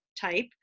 type